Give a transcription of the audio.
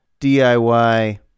DIY